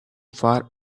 far